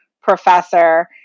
professor